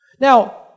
Now